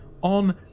on